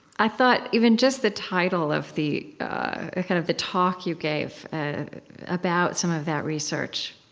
i thought even just the title of the ah kind of the talk you gave about some of that research